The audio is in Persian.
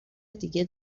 دیگه